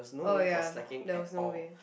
oh ya there was no way